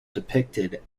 depicted